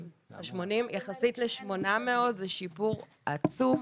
יחסית ל-800 זה שיפור עצום.